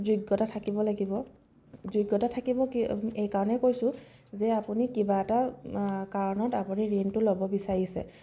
যোগ্যতা থাকিব লাগিব যোগ্যতা থাকিব এইকাৰণেই কৈছোঁ যে আপুনি কিবা এটা কাৰণত আপুনি ঋণটো ল'ব বিচাৰিছে